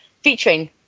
featuring